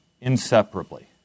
inseparably